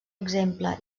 exemple